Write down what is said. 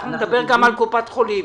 אנחנו נדבר גם על קופת חולים.